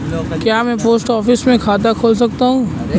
क्या मैं post office में खाता खोल सकता हूँ?